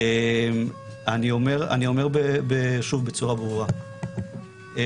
אני אומר שוב בצורה ברורה,